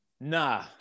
Nah